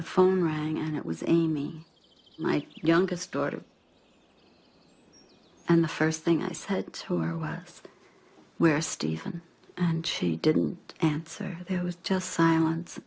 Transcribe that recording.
the phone rang and it was amy my youngest daughter and the first thing i said who are was where steven and she didn't answer it was just silence